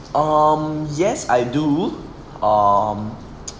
um yes I do um